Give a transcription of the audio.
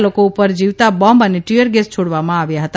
આ લોકો ઉપર જીવતા બોમ્બ અને ટીયર ગેસ છોડવામાં આવ્યા હતા